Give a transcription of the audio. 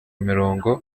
mirongo